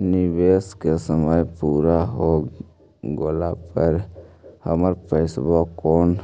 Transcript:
निवेश के समय पुरा हो गेला पर हमर पैसबा कोन